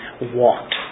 walked